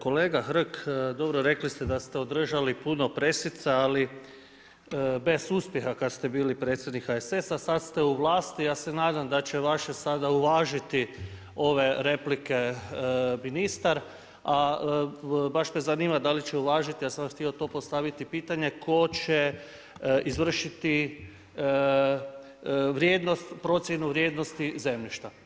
Kolega Hrg, dobro, rekli ste da ste održali puno preslica, ali bez uspjeha kad ste bili predsjednik HSS-a, sad ste u vlasti, ja se nadam da će vaši sada uvažiti ove replike ministar, a baš me zanima da li će uvažiti, ja sam vam htio to postaviti pitanje, tko će izvršiti vrijednost, procjenu vrijednosti zemljišta?